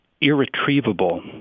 irretrievable